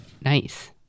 Nice